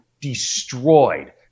destroyed